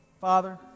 Father